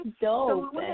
dope